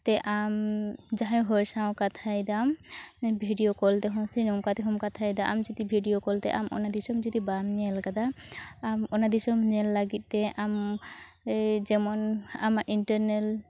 ᱛᱮ ᱟᱢ ᱡᱟᱦᱟᱸᱭ ᱦᱚᱲᱥᱟᱶ ᱠᱟᱛᱷᱟᱭᱮᱫᱟᱢ ᱵᱷᱤᱰᱤᱭᱳ ᱠᱚᱞ ᱛᱮᱦᱚᱸ ᱥᱮ ᱱᱚᱝᱠᱟ ᱛᱮᱦᱚᱸᱢ ᱠᱟᱛᱷᱟᱭᱮᱫᱟᱢ ᱟᱢ ᱡᱩᱫᱤ ᱵᱷᱤᱰᱤᱭᱳ ᱠᱚᱞ ᱛᱮ ᱟᱢ ᱚᱱᱟ ᱫᱤᱥᱚᱢ ᱡᱩᱫᱤ ᱵᱟᱢ ᱧᱮᱞ ᱠᱟᱫᱟ ᱟᱢ ᱚᱱᱟ ᱫᱤᱥᱚᱢ ᱧᱮᱞ ᱞᱟᱹᱜᱤᱫᱛᱮ ᱟᱢ ᱡᱮᱢᱚᱱ ᱟᱢᱟᱜ ᱤᱱᱴᱟᱨᱱᱮᱞ